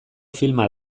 filma